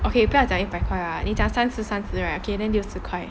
okay 不要讲一百块你讲三次三次 right okay then 六十块